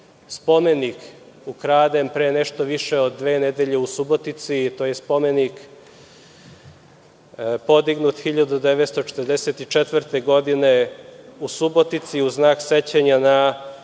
spomenik ukraden pre nešto više od dve nedelje u Subotici. To je spomenik podignut 1944. godine u Subotici u znak sećanja na